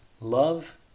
Love